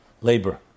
labor